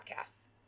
podcasts